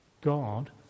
God